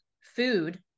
food